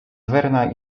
verne’a